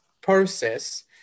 process